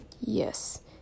Yes